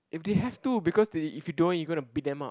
if they have to because they if you don't you gonna beat them up